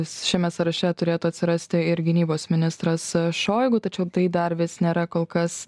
šiame sąraše turėtų atsirasti ir gynybos ministras šoigu tačiau tai dar vis nėra kol kas